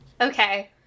okay